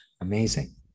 Amazing